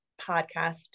podcast